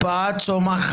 זו הקפאה צומחת.